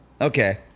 Okay